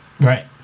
Right